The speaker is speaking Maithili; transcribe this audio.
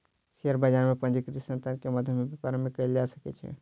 शेयर बजार में पंजीकृत संतान के मध्य में व्यापार कयल जा सकै छै